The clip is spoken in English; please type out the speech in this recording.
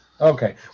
Okay